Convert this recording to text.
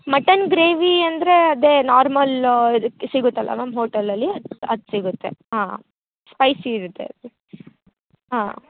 mutton gravy ಅಂದರೆ ಅದೇ normal ಸಿಗುತ್ತಲ್ಲ ಮ್ಯಾಮ್ ಹೋಟೆಲಲ್ಲಿ ಅದು ಅದು ಸಿಗುತ್ತೆ ಹಾಂ ಸ್ಪೈಸಿ ಇರುತ್ತೆ ಹಾಂ